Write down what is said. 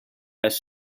has